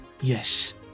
Yes